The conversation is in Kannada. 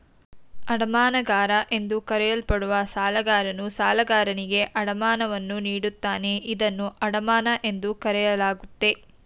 ಅಡಮಾನಗಾರ ಎಂದು ಕರೆಯಲ್ಪಡುವ ಸಾಲಗಾರನು ಸಾಲಗಾರನಿಗೆ ಅಡಮಾನವನ್ನು ನೀಡುತ್ತಾನೆ ಇದನ್ನ ಅಡಮಾನ ಎಂದು ಕರೆಯಲಾಗುತ್ತೆ